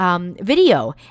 video